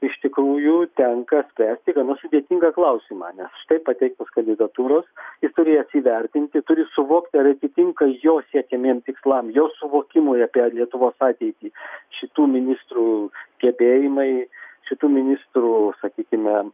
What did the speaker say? iš tikrųjų tenka spręsti gana sudėtingą klausimą nes štai pateiktos kandidatūros jis turi jas įvertinti turi suvokti ar atitinka jo siekiamiem tikslam jo suvokimui apie lietuvos ateitį šitų ministrų gebėjimai šitų ministrų sakykime